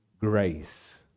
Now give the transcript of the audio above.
grace